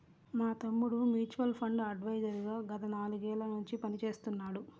మా తమ్ముడు mutual fund advisor గా గత నాలుగేళ్ళ నుంచి పనిచేస్తున్నాడు